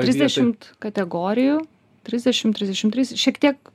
trisdešimt kategorijų trisdešim trisdešim trys šiek tiek